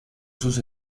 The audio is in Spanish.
sus